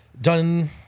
done